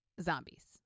zombies